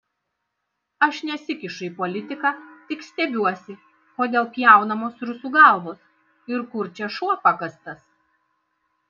aš nesikišu į politiką tik stebiuosi kodėl pjaunamos rusų galvos ir kur čia šuo pakastas